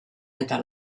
eta